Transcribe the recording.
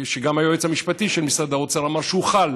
גם היועץ המשפטי של משרד האוצר אמר שהוא חל,